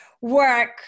work